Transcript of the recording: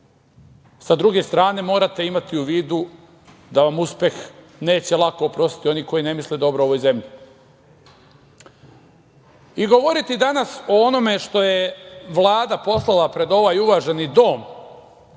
s druge strane morate imati u vidu da vam uspeh neće lako oprostiti oni koji ne misle dobro ovoj zemlji. Govoriti danas o onome što je Vlada poslala pred ovaj uvaženi dom,